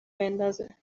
بندازه